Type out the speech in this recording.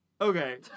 Okay